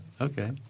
okay